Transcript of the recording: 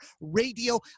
Radio